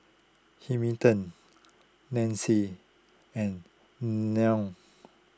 Hamilton Nacey and Nell